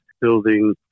building